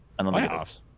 Playoffs